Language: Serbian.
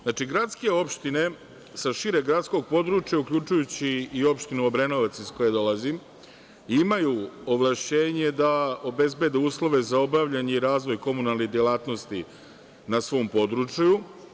Znači, gradske opštine sa šireg gradskog područja, uključujući opštinu Obrenovac, iz koje dolazim, imaju ovlašćenje da obezbede uslove za obavljanje i razvoj komunalnih delatnosti na svom području.